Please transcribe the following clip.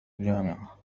الجامعة